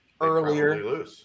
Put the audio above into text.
Earlier